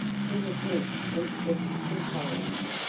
he had lived in strict retirement.